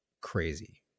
crazy